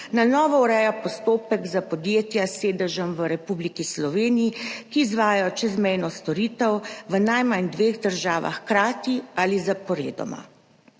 Na novo ureja postopek za podjetja s sedežem v Republiki Sloveniji, ki izvajajo čezmejno storitev v najmanj dveh državah hkrati ali zaporedoma.